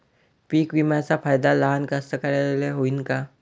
पीक विम्याचा फायदा लहान कास्तकाराइले होईन का?